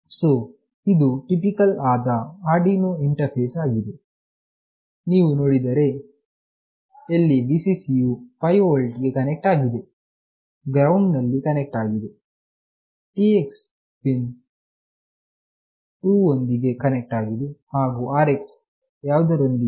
so ಇದು typical ಆದ Arduino interface ಆಗಿದೆ ನೀವು ನೋಡಿದರೆ ಎಲ್ಲಿ Vcc ಯು 5 ವೋಲ್ಟ್ ಗೆ ಕನೆಕ್ಟ್ ಆಗಿದೆ ಗ್ರೌಂಡ್ ಎಲ್ಲಿ ಕನೆಕ್ಟ್ ಆಗಿದೆ TX ವು ಪಿನ್ 2 ಒಂದಿಗೆ ಕನೆಕ್ಟ್ ಆಗಿದೆ RX ಯಾವುದರೊಂದಿಗೆ